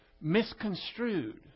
misconstrued